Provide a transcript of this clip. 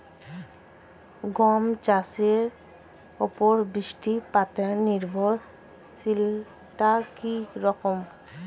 গম চাষের উপর বৃষ্টিপাতে নির্ভরশীলতা কী রকম?